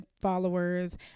followers